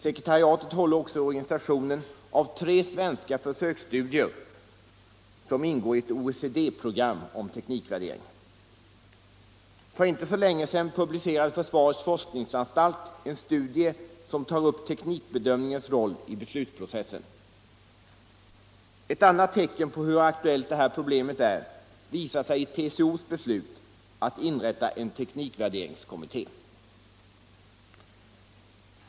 Sekretariatet håller också i organisationen av tre svenska försöksstudier som ingår i ett OECD-program om teknikvärdering. För inte så länge sedan publicerade försvarets forskningsanstalt en studie som tar upp teknikbedömningens roll i beslutsprocessen. Ett annat tecken på hur aktuellt det här problemet är visar sig i TCO:s beslut att inrätta en teknikvärderingskommitté.